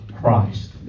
Christ